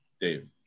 Dave